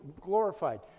glorified